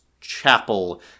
chapel